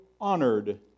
honored